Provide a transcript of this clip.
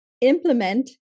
implement